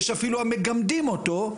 יש אפילו המגמדים אותו.